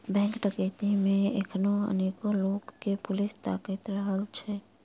bank डकैती मे एखनो अनेको लोक के पुलिस ताइक रहल अछि